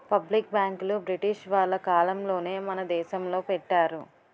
public బ్యాంకులు British వాళ్ళ కాలంలోనే మన దేశంలో పెట్టారు